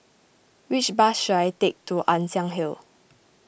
which bus should I take to Ann Siang Hill